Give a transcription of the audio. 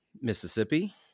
Mississippi